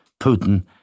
Putin